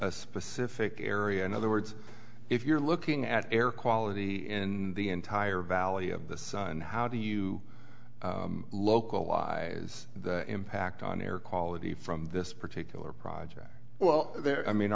a specific area in other words if you're looking at air quality in the entire valley of the sun how do you localize the impact on air quality from this particular project well there i mean